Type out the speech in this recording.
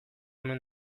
omen